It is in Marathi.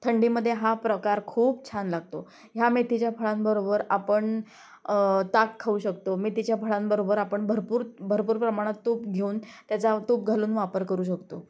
थंडीमध्ये हा प्रकार खूप छान लागतो ह्या मेथीच्या फळांबरोबर आपण ताक खाऊ शकतो मेथीच्या फळांबरोबर आपण भरपूर भरपूर प्रमाणात तूप घेऊन त्याचा तूप घालून वापर करू शकतो